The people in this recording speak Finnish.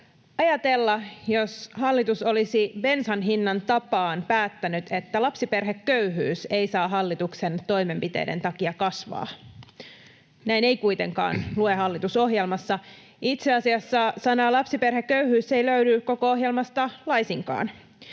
Ajatella, jos hallitus olisi bensan hinnan tapaan päättänyt, että lapsiperheköyhyys ei saa hallituksen toimenpiteiden takia kasvaa. Näin ei kuitenkaan lue hallitusohjelmassa. [Perussuomalaisten ryhmästä: Lukee!] Itse asiassa sanaa ”lapsiperheköyhyys” ei löydy koko ohjelmasta laisinkaan.